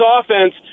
offense